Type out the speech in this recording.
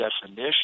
definition